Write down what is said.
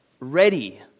ready